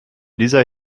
dieser